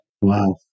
wow